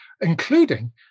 including